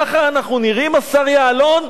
ככה אנחנו נראים, השר יעלון?